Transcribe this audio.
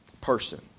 person